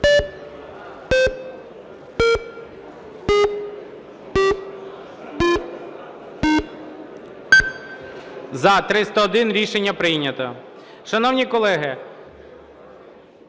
За-301 Рішення прийнято.